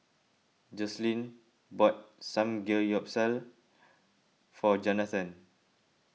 Joslyn bought Samgeyopsal for Johnathon